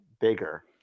bigger